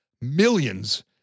millions